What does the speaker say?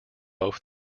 both